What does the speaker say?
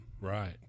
right